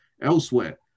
elsewhere